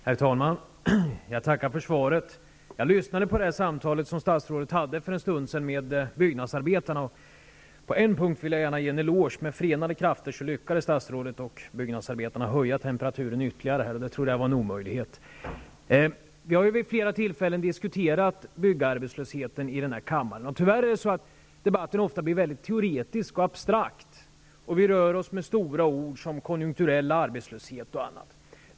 Herr talman! Jag tackar för svaret. Jag lyssnade på det samtal som statsrådet för en stund sedan hade med byggnadsarbetarna. På en punkt vill jag gärna ge honom en eloge -- med förenade krafter lyckades statsrådet och byggnadsarbetarna höja temperaturen ytterligare. Detta trodde jag var en omöjlighet. Vi har vid flera tillfällen i den här kammaren diskuterat frågan om byggarbetslösheten. Tyvärr blir debatten ofta väldigt teoretisk och abstrakt. Vi rör oss med stora ord och med uttryck som ''konjunkturell arbetslöshet'' och annat.